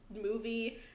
movie